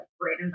great